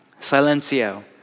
silencio